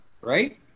right